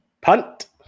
Punt